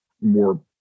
more